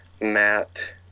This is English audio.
matt